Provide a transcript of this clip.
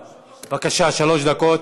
בבקשה, שלוש דקות.